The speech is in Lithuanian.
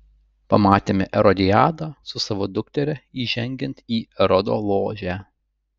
pamatėme erodiadą su savo dukteria įžengiant į erodo ložę